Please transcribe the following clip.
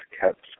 kept